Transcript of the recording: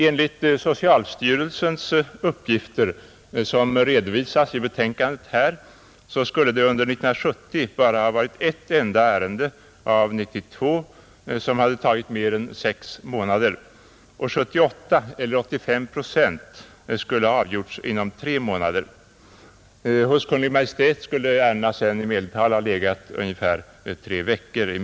Enligt socialstyrelsens uppgifter, som redovisas i betänkandet, skulle det under 1970 ha varit endast ett ärende av 92 som hade tagit mer än sex månader, medan 78 — eller 85 procent — skulle ha avgjorts inom tre månader. Hos Kungl. Maj:t skulle ärendena sedan i medeltal ha legat ungefär tre veckor.